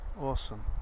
Awesome